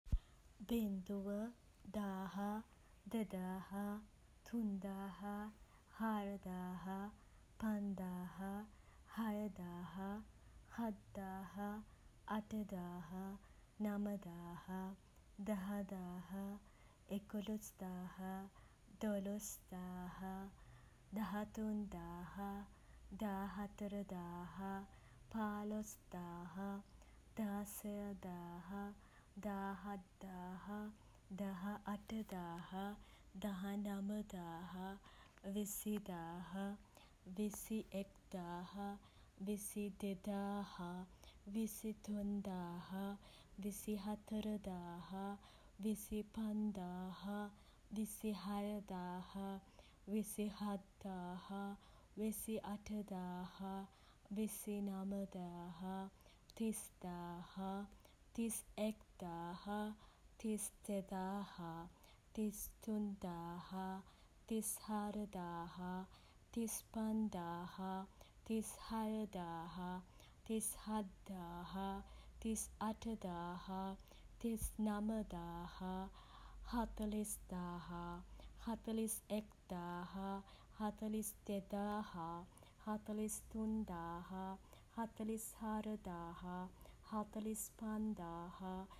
බිංදුව, දාහ, දෙදාහ, තුන්දාහ, හාරදාහ, පන්දාහ, හයදාහ, හත්දාහ, අටදාහ, නමදාහ, දසදාහ, එකොළොස් දාහ, දොළොස් දාහ, දහතුන් දාහ, දා හතර දාහ, පාළොස් දාහ, දාසය දාහ, දාහත් දාහ, දහඅට දාහ, දහනම දාහ, විසිදාහ, විසි එක්දාහ, විසි දෙදාහ, විසි තුන්දාහ, විසි හතර දාහ, විසි පන්දාහ, විසි හයදාහ, විසි හත්දාහ, විසි අටදාහ, විසි නමදාහ, තිස් දාහ, තිස් එක්දාහ, තිස් දෙදාහ, තිස් තුන්දාහ, තිස් හාරදාහ, තිස් පන්දාහ, තිස් හයදාහ, තිස් හත්දාහ, තිස් අටදාහ, තිස් නමදාහ, හතළිස් දාහ. හතළිස් එක්දාහ, හතළිස් දෙදාහ, හතළිස් තුන්දාහ, හතළිස් හාරදාහ, හතළිස් පන්දාහ.